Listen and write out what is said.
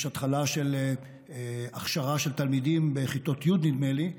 ויש התחלה של הכשרת תלמידים, בכיתות י', נדמה לי,